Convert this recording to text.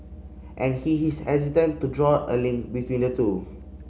and he is hesitant to draw a link between the two